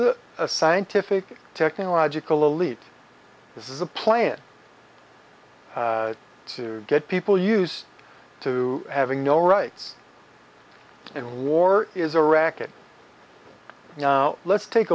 it a scientific technological elite this is a plan to get people used to having no rights and war is a racket let's take